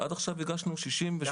עד עכשיו הגשנו 68 חברות.